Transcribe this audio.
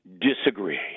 disagree